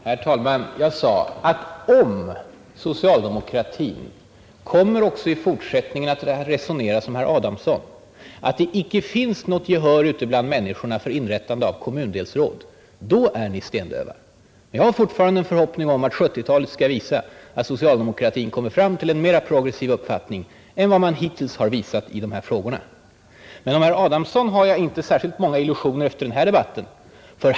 Herr talman! Jag sade att om socialdemokratin också i fortsättningen kommer att resonera som herr Adamsson, att det icke finns något gehör ute bland människorna för inrättande av kommundelsråd, då är ni stendöva. Jag har fortfarande förhoppningen att 1970—talet skall visa att socialdemokratin kommer fram till en mera progressiv uppfattning än vad man hittills har visat i dessa frågor. Men om herr Adamsson har jag inte särskilt många illusioner efter den här debatten.